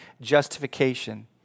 justification